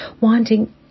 wanting